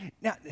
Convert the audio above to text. Now